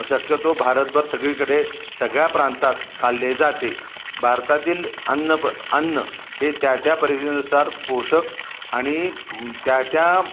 शक्यतो भारतभर सगळीकडे सगळ्या प्रांतांत खाल्ले जाते भारतातील अन्नप अन्न हे त्या त्या परिस्थितीनुसार पोषक आणि त्या त्या